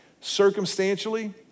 circumstantially